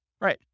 Right